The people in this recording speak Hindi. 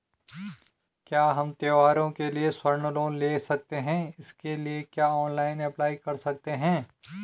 क्या हम त्यौहारों के लिए स्वर्ण लोन ले सकते हैं इसके लिए क्या ऑनलाइन अप्लाई कर सकते हैं?